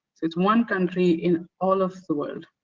it's one country in all of the world.